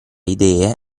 idee